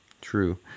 true